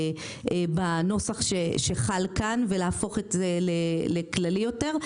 בנוסח שחל כאן ולהפוך את זה לכללי יותר.